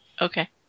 Okay